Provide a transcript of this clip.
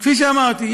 כפי שאמרתי,